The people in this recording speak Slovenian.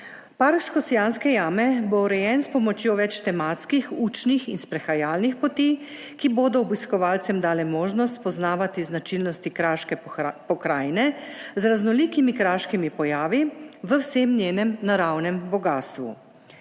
Park Škocjanske jame bo urejen s pomočjo več tematskih, učnih in sprehajalnih poti, ki bodo obiskovalcem dale možnost spoznavati značilnosti kraške pokrajine z raznolikimi kraškimi pojavi v vsem njenem naravnem bogastvu.